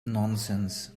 nonsense